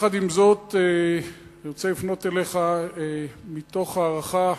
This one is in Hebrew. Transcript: יחד עם זאת, אני רוצה לפנות אליך מתוך הערכה,